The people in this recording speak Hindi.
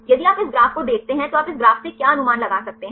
यदि आप इस ग्राफ को देखते हैं तो आप इस ग्राफ से क्या अनुमान लगा सकते हैं